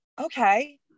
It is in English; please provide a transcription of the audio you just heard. okay